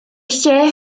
lle